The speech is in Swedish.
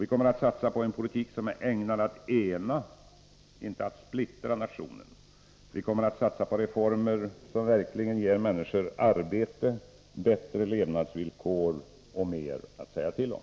Vi kommer att satsa på en politik som är ägnad att ena och inte splittra nationen. Vi kommer att satsa på reformer som verkligen ger människor arbete, bättre levnadsvillkor och mer att säga till om.